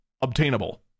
obtainable